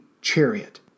Chariot